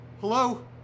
Hello